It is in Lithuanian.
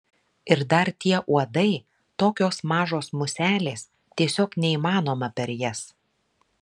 ir dar tie uodai tokios mažos muselės tiesiog neįmanoma per jas